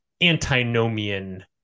antinomian